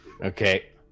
Okay